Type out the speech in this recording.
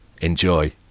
Enjoy